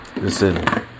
Listen